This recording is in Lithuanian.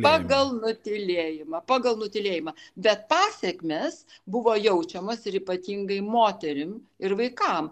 pagal nutylėjimą pagal nutylėjimą bet pasekmės buvo jaučiamos ir ypatingai moterim ir vaikam